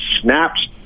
snaps